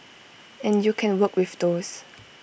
and you can work with those